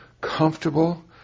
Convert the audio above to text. comfortable